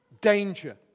danger